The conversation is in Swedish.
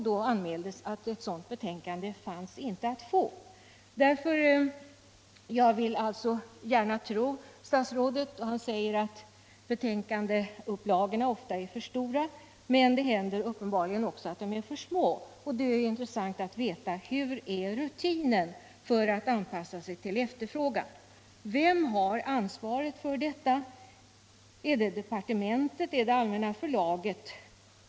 Då anmäldes att ifrågavarande betänkande inte fanns att få. Jag vill gärna tro, herr statsråd, att betänkandeupplagorna ofta är för stora, men det händer uppenbarligen också att de är för små. Det vore därför intressant att få veta: Hurudan är rutinen för att anpassa upplagan till efterfrågan? Vem har ansvaret för detta — är det departementet i fråga eller Allmänna förlaget?